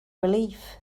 relief